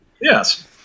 yes